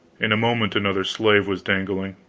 in a moment another slave was dangling.